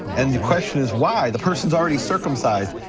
and the question is why, the person's already circumcised.